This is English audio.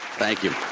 thank you.